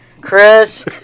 Chris